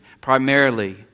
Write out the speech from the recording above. primarily